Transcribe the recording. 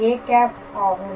â ஆகும்